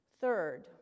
Third